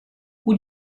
who